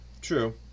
True